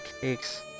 cakes